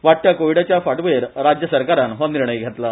वाडट्या कोविडाच्या फांटभूयेर राज्य सरकारान हो निर्णय घेतला